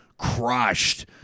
Crushed